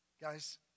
Guys